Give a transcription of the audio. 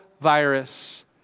virus